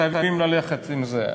חייבים ללכת עם זה.